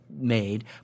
made